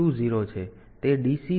તેથી તે DC00 છે